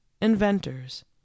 inventors